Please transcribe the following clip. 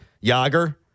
Yager